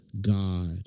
God